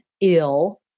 ill